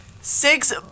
Six